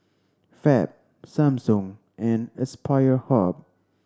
Fab Samsung and Aspire Hub